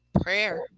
prayer